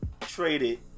traded